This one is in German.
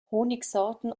honigsorten